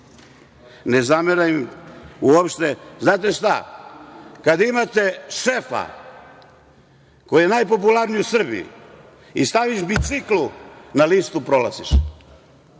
Ne zameram im uopšte. Znate šta, kada imate šefa koji je najpopularniji u Srbiji i staviš biciklu na listu, prolaziš.